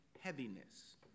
heaviness